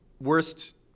worst